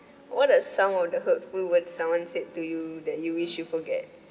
what are some of the hurtful words someone said to you that you wish you forget